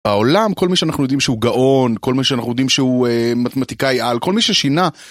העולם כל מי שאנחנו יודעים שהוא גאון כל מי שאנחנו יודעים שהוא מתמטיקאי על כל מי ששינה.